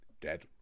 dead